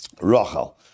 Rachel